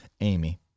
Amy